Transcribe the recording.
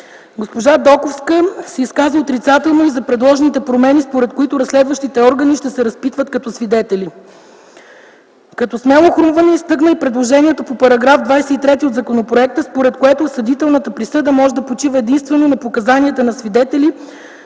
Госпожа Доковска се изказа отрицателно и за предложените промени, според които разследващите органи ще се разпитват като свидетели. Като смело хрумване изтъкна и предложението по § 23 от законопроекта, според което осъдителната присъда може да почива единствено на показанията на свидетели